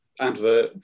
advert